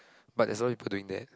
but there's a lot of people doing that